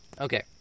Okay